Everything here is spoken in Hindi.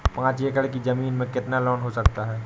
पाँच एकड़ की ज़मीन में कितना लोन हो सकता है?